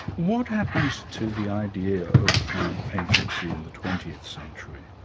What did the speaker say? what happens to the idea of group agency in the twentieth century?